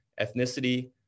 ethnicity